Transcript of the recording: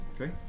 Okay